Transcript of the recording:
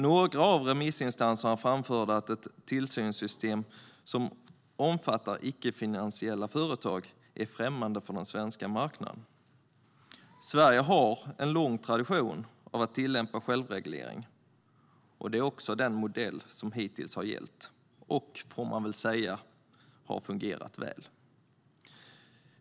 Några av remissinstanserna framförde att ett tillsynssystem som omfattar icke-finansiella företag är främmande för den svenska marknaden. Sverige har en lång tradition av att tillämpa självreglering, och det är också den modell som hittills har gällt och, får man väl säga, har fungerat väl.